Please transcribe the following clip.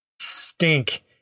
stink